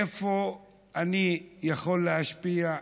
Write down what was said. איפה אני יכול להשפיע,